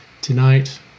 tonight